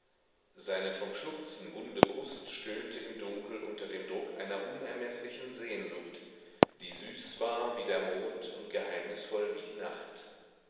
seine vom schluchzen wunde brust stöhnte im dunkel unter dem druck einer unermeßlichen sehnsucht die süß war wie der mond und geheimnisvoll wie die nacht